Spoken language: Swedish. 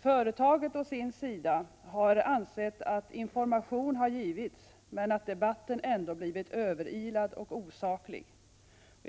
Företaget å sin sida har ansett att information har givits, men att debatten ändå blivit överilad och osaklig.